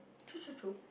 true true true